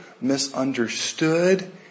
misunderstood